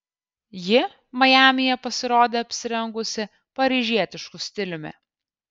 ji majamyje pasirodė apsirengusi paryžietišku stiliumi